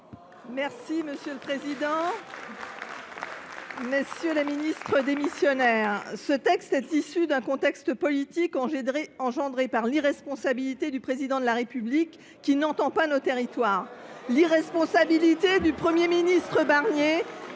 Monsieur le président, messieurs les ministres démissionnaires, ce texte est issu d’un contexte politique suscité par l’irresponsabilité : celle du Président de la République, qui n’entend pas nos territoires ; celle du Premier ministre Barnier,